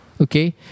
Okay